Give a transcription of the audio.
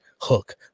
hook